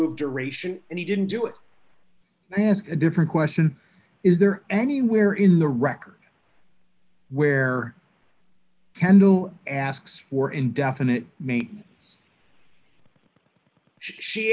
of duration and he didn't do it has a different question is there anywhere in the record where kendall asks for indefinite may sh